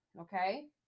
okay